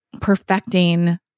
perfecting